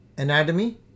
Anatomy